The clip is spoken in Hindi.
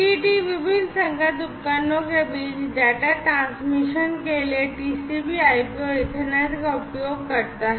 यह विभिन्न संगत उपकरणों के बीच डेटा ट्रांसमिशन के लिए TCPIP और ईथरनेट का उपयोग करता है